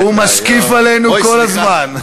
הוא משקיף עלינו כל הזמן.